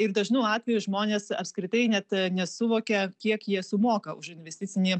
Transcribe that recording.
ir dažnu atveju žmonės apskritai net nesuvokia kiek jie sumoka už investicinį